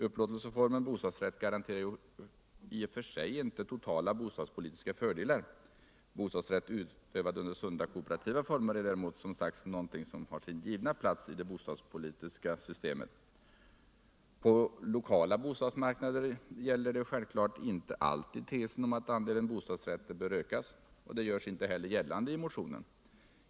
Upplåtelseformen bostadsrätt garanterar ju i och för sig inte totala bostadspolitiska fördelar; bostadsrätt utövad under sunda kooperativa former är däremot, som sagt, någonting som har sin givna plats i det bostadspolitiska systemet. På lokala bostadsmarknader gäller självklart inte alltid tesen om att andelen bostadsrätter bör ökas, och det görs inte heller gällande i motionen.